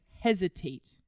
hesitate